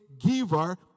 giver